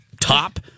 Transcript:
top